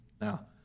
Now